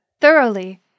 Thoroughly